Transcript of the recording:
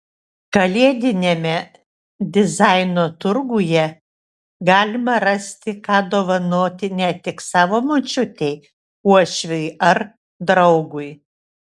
kalėdiniame dizaino turguje galima rasti ką dovanoti ne tik savo močiutei uošviui ar draugui